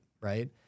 Right